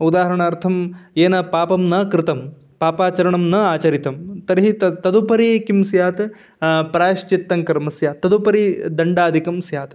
उदाहरणार्थं येन पापं न कृतं पापाचरणं न आचरितं तर्हि तद् तदुपरि किम् स्यात् प्रायश्चित्तः कर्मस्यात् तदुपरि दण्डादिकं स्यात्